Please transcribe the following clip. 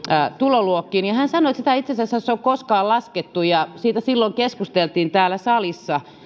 tuloluokkiin ja hän sanoi että sitä ei itse asiassa ole edes koskaan laskettu siitä silloin keskusteltiin täällä salissa